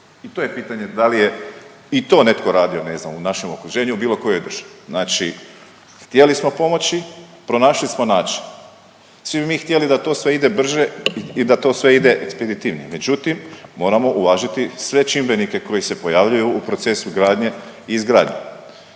To je pitanje da li je i to netko radio, ne znam, u našem okruženju u bilo kojoj državi. Znači htjeli smo pomoći, pronašli smo način. Svi bi mi htjeli da to sve ide brže i da to sve ide ekspeditivnije, međutim, moramo uvažiti sve čimbenike koji se pojavljuju u procesu gradnje i izgradnje.